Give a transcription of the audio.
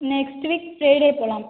next week Friday போகலாம்